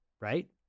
right